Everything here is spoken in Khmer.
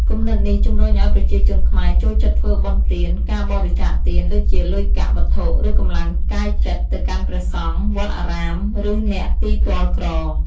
គំនិតនេះជំរុញឱ្យប្រជាជនខ្មែរចូលចិត្តធ្វើបុណ្យទាន ការបរិច្ចាគទាន ដូចជាលុយកាក់ វត្ថុ ឬកម្លាំងកាយចិត្ត ទៅកាន់ព្រះសង្ឃ វត្តអារាម ឬអ្នកទីទ័លក្រ។